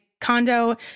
condo